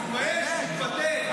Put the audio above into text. תתבייש, תתפטר.